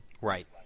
right